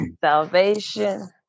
Salvation